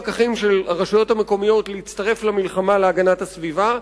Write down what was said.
פקחים של הרשויות המקומיות להצטרף למלחמה להגנת הסביבה,